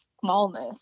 smallness